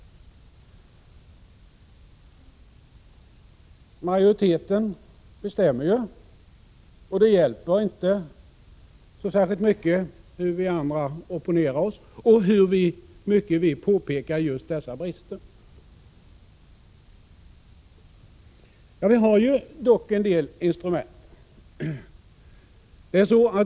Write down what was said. Majoriteten bestämmer ju, och det hjälper inte särskilt mycket hur vi andra opponerar oss och hur mycket vi påpekar just dessa brister. Men vi har en del instrument.